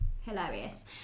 hilarious